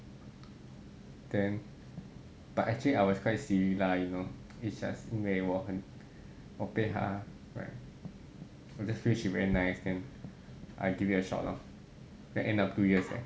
then but actually I was quite silly lah you know it's just 因为我很我被他 I just feel she very nice then I gave it a shot lor then end up two years leh